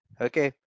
Okay